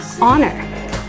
honor